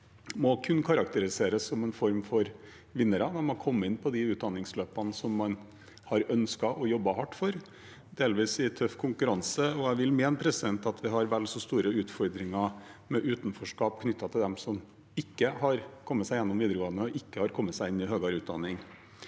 må kunne karakteriseres som en form for vinnere. De har kommet inn på de utdanningsløpene de har ønsket og jobbet hardt for, delvis i tøff konkurranse. Jeg vil mene at vi har vel så store utfordringer med utenforskap knyttet til dem som ikke har kommet seg gjennom videregående, og ikke har kommet seg inn i høyere utdanning.